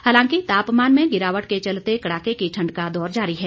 हालांकि तापमान में गिरावट के चलते कड़ाके की ठंड का दौर जारी है